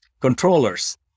controllers